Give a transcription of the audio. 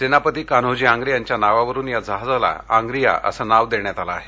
सेनापती कान्होजी आंत्रे यांच्या नावावरून या जहाजाला आंत्रिया असं नाव ठेवण्यात आलं आहे